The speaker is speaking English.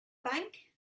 bank